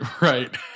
right